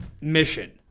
mission